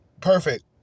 Perfect